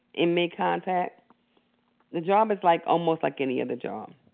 inmate contact the job is like almost like any other job.